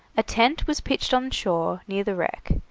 a tent was pitched on shore near the wreck,